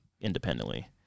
independently